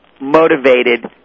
motivated